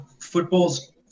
football's